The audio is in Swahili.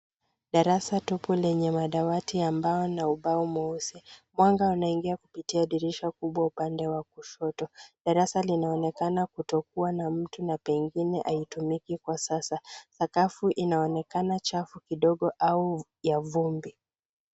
Darasa tupu lenye madawati ya mbao na ubao mweusi. Mwanga unaingia kupitia dirisha kubwa upande wa kushoto. Darasa linaonekana kutokuwa na mtu na pengine haitumiki kwa sasa. Sakafu inaonekana chafu kidogo au ya vumbi.